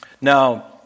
Now